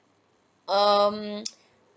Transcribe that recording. um